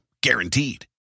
Guaranteed